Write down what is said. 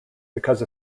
because